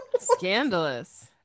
scandalous